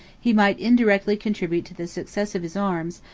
he might indirectly contribute to the success of his arms,